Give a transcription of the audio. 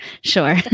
sure